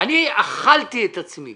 אני אכלתי את עצמי